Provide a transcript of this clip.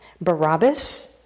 Barabbas